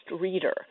reader